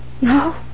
No